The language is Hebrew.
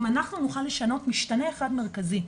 אם אנחנו נוכל לשנות משתנה אחד מרכזי,